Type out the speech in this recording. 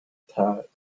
part